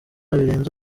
birenze